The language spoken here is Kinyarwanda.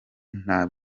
nta